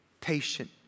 patient